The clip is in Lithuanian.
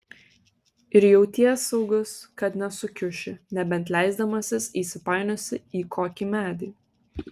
ir jauties saugus kad nesukiuši nebent leisdamasis įsipainiosi į kokį medį